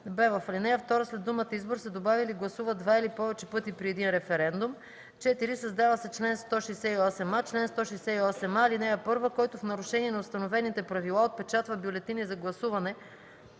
б) в ал. 2 след думата „избор” се добавя „или гласува два или повече пъти при един референдум”. 4. Създава се чл. 168а: „Чл. 168а. (1) Който в нарушение на установените правила отпечатва бюлетини за гласуване,